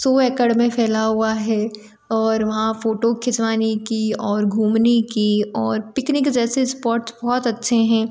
सौ एकर में फैला हुआ है और वहाँ फोटो खिंचवाने की और घूमने की और पिकनिक जैसे इस्पौट्स बहुत अच्छे हैं